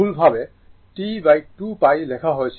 ভুল ভাবে T2 π লেখা হয়েছে